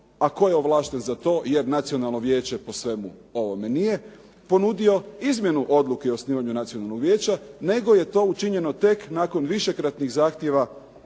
a tko je ovlašten za to jer Nacionalno vijeće po svemu ovome nije, ponudio izmjenu Odluke o osnivanju Nacionalnog vijeća, nego je to učinjeno tek nakon višekratnih zahtjeva